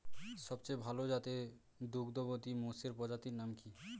সবচেয়ে ভাল জাতের দুগ্ধবতী মোষের প্রজাতির নাম কি?